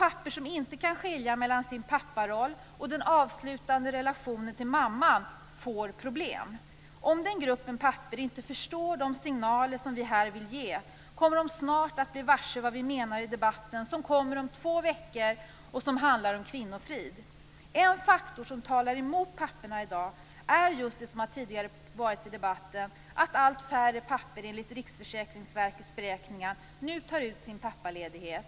Pappor som inte kan skilja mellan sin papparoll och den avslutade relationen till mamman får problem. Om den gruppen pappor inte förstår de signaler som vi här vill ge kommer den att bli varse vad vi menar i den debatt som kommer om två veckor och som handlar om kvinnofrid. En faktor som talar emot papporna i dag är just det som tidigare har debatterats, dvs. att allt färre pappor enligt Riksförsäkringsverkets beräkningar nu tar ut sin pappaledighet.